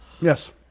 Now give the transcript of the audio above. Yes